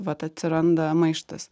vat atsiranda maištas